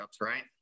right